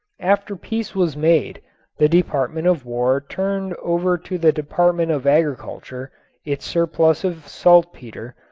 after peace was made the department of war turned over to the department of agriculture its surplus of saltpeter,